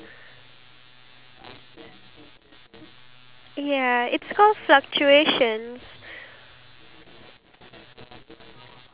like you know the government is giving subsidies and then there's a lot of issues that the government need to face which I feel majority of singaporeans don't really